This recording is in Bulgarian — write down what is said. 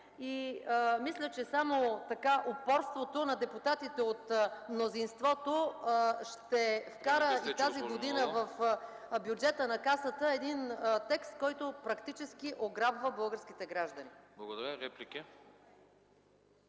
Мисля, че само упорството на депутатите от мнозинството ще вкара тази година в бюджета на Касата един текст, който практически ограбва българските граждани. ПРЕДСЕДАТЕЛ